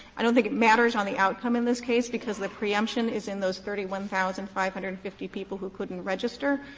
i don't think it matters on the outcome in this case, because the preemption is in those thirty one thousand five hundred and fifty people who couldn't register.